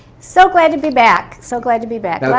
so glad to be back. so, glad to be back.